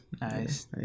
Nice